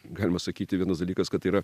galima sakyti vienas dalykas kad tai yra